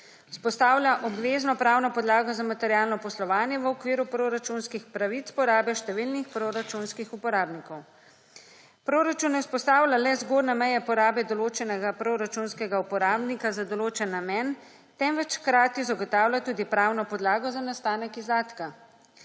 Vzpostavlja obvezno pravno podlago za materialno poslovanje v okviru proračunskih pravic porabe številnih proračunskih uporabnikov. Proračun ne vzpostavlja le zgornje meje porabe določenega proračunskega uporabnika za določen namen, temveč hkrati zagotavlja tudi pravno podlago za nastanek izdatka.